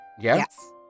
yes